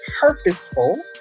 purposeful